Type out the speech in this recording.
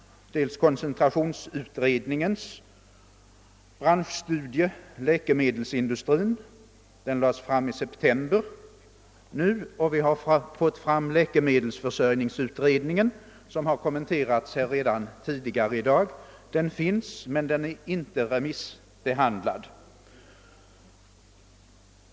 Koncentrationsutredningens branschstudie Läkemedelsindustrin lades fram i september och läkemedelsförsäkringsutredningens betänkande, som har kommenterats tidigare i dag, föreligger också men är ännu inte remissbehandlat.